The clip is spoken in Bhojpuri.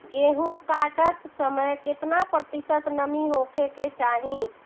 गेहूँ काटत समय केतना प्रतिशत नमी होखे के चाहीं?